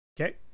Okay